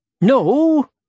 No